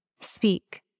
Speak